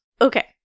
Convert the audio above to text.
Okay